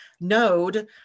node